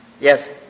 Yes